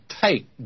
take